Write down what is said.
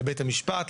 לבתי המשפט,